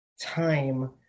time